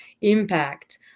impact